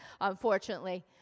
unfortunately